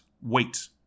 wait